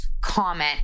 comment